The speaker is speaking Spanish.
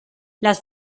las